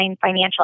financial